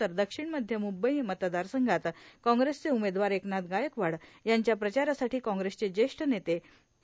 तर दक्षिण मध्य मुंबई मतदारसंघात कॉग्रेसचे उमेदवार एकनाथ गायकवाड यांच्या प्रचारासाठो कॉग्रेसचे ज्येष्ठ नेते पी